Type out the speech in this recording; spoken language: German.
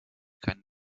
keinen